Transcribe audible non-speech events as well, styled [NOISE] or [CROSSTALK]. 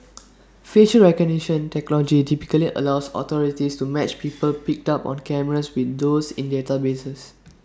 [NOISE] facial recognition technology typically allows authorities to match people picked up on cameras with those in databases [NOISE]